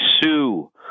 sue